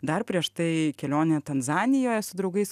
dar prieš tai kelionė tanzanijoje su draugais